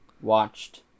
watched